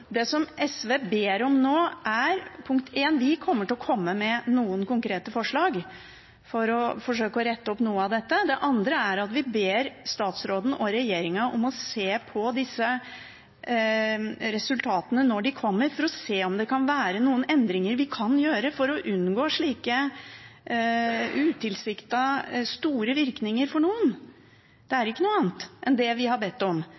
Det som SV ber om nå, er for det første: Vi kommer til å komme med noen konkrete forslag for å forsøke å rette opp noe av dette. Det andre er at vi ber statsråden og regjeringen om å se på disse resultatene når de kommer, for å se om det kan være noen endringer vi kan gjøre for å unngå slike utilsiktede, store virkninger for noen. Det er ikke noe annet enn det vi ber om,